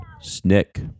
Snick